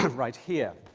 right here.